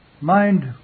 Mind